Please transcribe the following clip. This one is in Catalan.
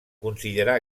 considerar